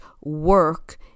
work